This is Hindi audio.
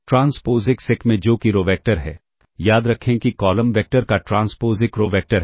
ट्रांसपोज़ एक्स 1 में जो कि रो वेक्टर है याद रखें कि कॉलम वेक्टर का ट्रांसपोज़ एक रो वेक्टर है